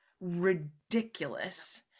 ridiculous